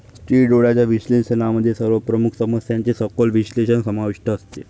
स्थिर डोळ्यांच्या विश्लेषणामध्ये सर्व प्रमुख समस्यांचे सखोल विश्लेषण समाविष्ट असते